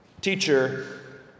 Teacher